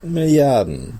milliarden